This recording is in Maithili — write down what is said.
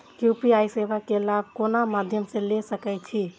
यू.पी.आई सेवा के लाभ कोन मध्यम से ले सके छी?